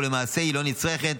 ולמעשה היא לא נצרכת.